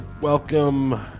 Welcome